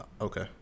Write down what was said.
Okay